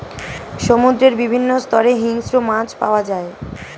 সমুদ্রের বিভিন্ন স্তরে হিংস্র মাছ পাওয়া যায়